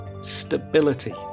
Stability